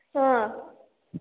अँ